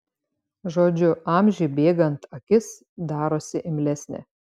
žodžiu amžiui bėgant akis darosi imlesnė